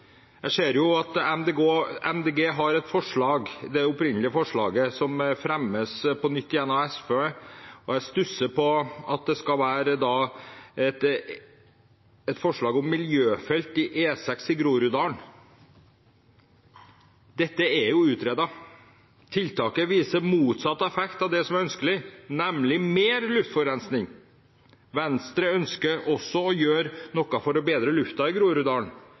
Jeg ser at Miljøpartiet De Grønne har et forslag – det opprinnelige forslaget, som fremmes på nytt igjen av SV – og jeg stusser over at det skal være et forslag om miljøfelt på E6 i Groruddalen. Dette er jo utredet. Tiltaket viser motsatt effekt av det som er ønskelig, nemlig mer luftforurensning. Venstre ønsker også å gjøre noe for å bedre luften i Groruddalen,